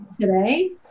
today